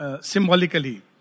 symbolically